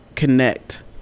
connect